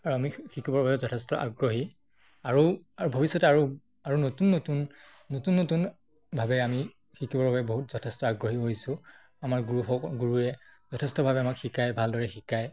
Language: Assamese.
আৰু আমি শিকিবৰ বাবে যথেষ্ট আগ্ৰহী আৰু ভৱিষ্যতে আৰু আৰু নতুন নতুন নতুন নতুনভাৱে আমি শিকিবৰ বাবে বহুত যথেষ্ট আগ্ৰহী হৈছোঁ আমাৰ গুৰু গুৰুৱে যথেষ্টভাৱে আমাক শিকায় ভালদৰে শিকায়